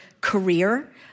career